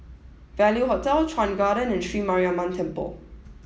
Value Hotel Chuan Garden and Sri Mariamman Temple